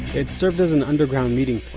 it served as an underground meeting